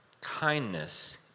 Kindness